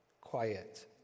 quiet